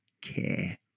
care